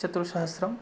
चतुस्सहस्रम्